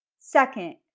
Second